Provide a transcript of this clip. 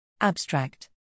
Abstract